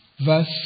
verse